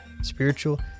spiritual